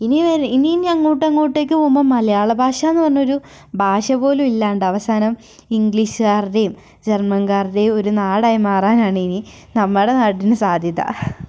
ഇനിയിനി അങ്ങോട്ടങ്ങോട്ടേക്ക് പോകുമ്പോൾ മലയാളഭാഷാന്ന് പറഞ്ഞൊരു ഭാഷ പോലുമില്ലാണ്ട് അവസാനം ഇംഗ്ലീഷ്കാരുടെയും ജർമ്മൻ കാരുടെയും ഒരു നാടായി മാറാനാണിനി നമ്മുടെ നാടിന് സാധ്യത